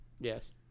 Yes